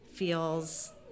Feels